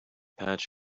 patch